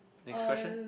next question